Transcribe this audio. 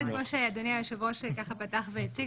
שאדוני היושב-ראש פתח והציג,